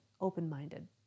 open-minded